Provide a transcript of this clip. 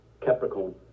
capricorn